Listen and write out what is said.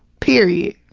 period.